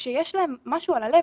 כשיש להם משהו על הלב,